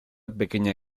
pequeña